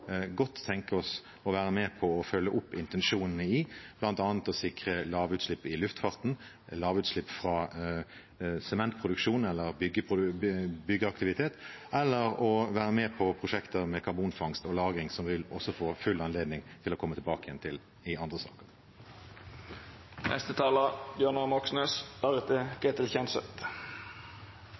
tenke oss å være med og følge opp, bl.a. å sikre lavutslipp i luftfarten, lavutslipp fra sementproduksjon eller byggeaktivitet, eller det å være med på prosjekter med karbonfangst og -lagring, som vi vil få full anledning til å komme tilbake til i andre